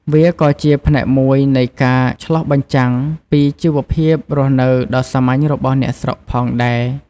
វាក៏ជាផ្នែកមួយនៃការឆ្លុះបញ្ចាំងពីជីវភាពរស់នៅដ៏សាមញ្ញរបស់អ្នកស្រុកផងដែរ។